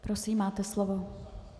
Prosím, máte slovo.